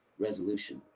resolution